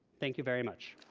thank you very much.